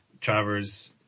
Travers